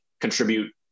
contribute